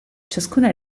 ciascuna